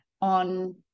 on